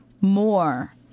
more